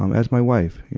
um ask my wife. you